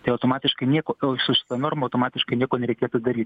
tai automatiškai nieko su šita norma automatiškai nieko nereikėtų daryt